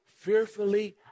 fearfully